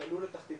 יחלחלו לתחתית